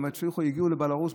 הם הגיעו לבלארוס,